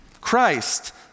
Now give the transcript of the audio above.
Christ